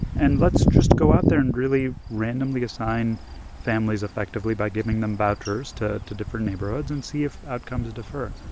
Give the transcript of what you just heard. and let's just go out there and really randomly assign families, effectively, by giving them vouchers to to different neighborhoods and see if outcomes differ.